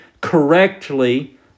correctly